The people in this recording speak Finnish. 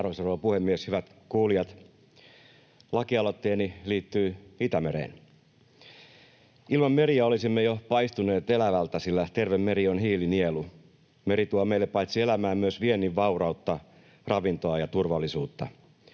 Arvoisa rouva puhemies! Hyvät kuulijat! Lakialoitteeni liittyy Itämereen. Ilman meriä olisimme jo paistuneet elävältä, sillä terve meri on hiilinielu. Meri tuo meille paitsi elämää myös viennin vaurautta, ravintoa ja turvallisuutta.